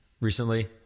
recently